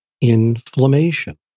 inflammation